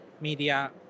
media